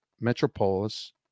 metropolis